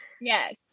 Yes